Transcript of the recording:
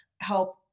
help